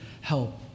help